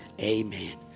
Amen